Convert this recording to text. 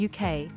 UK